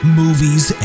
movies